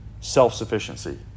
self-sufficiency